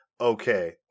okay